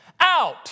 out